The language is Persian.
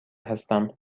هستم